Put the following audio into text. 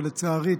ולצערי,